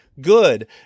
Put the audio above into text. good